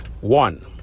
One